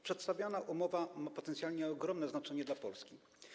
Przedstawiana umowa ma potencjalnie ogromne znaczenie dla Polski.